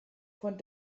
von